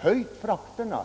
Trots detta